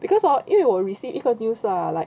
because ah 因为我 receive 一个 news ah like